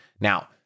Now